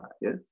yes